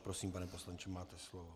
Prosím, pane poslanče, máte slovo.